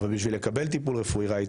אבל בשביל לקבל טיפול רפואי,